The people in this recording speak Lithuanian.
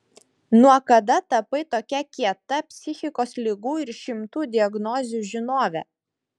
nuo kada tapai tokia kieta psichikos ligų ir šimtų diagnozių žinove